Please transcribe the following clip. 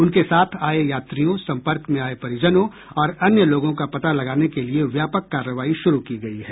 उनके साथ आए यात्रियों संपर्क में आए परिजनों और अन्य लोगों का पता लगाने के लिए व्यापक कार्रवाई शुरू की गई है